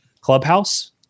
Clubhouse